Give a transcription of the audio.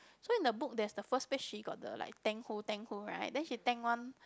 so in the book that's the first page sheet got the like thank who thank who right then she thank one